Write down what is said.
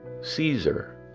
Caesar